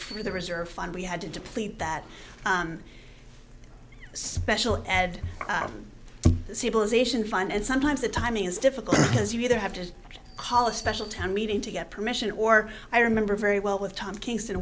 for the reserve fund we had to deplete that special ed civilization fine and sometimes the timing is difficult because you either have to collar special town meeting to get permission or i remember very well with tom kingston